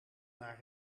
naar